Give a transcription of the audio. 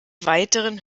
weiteren